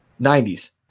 90s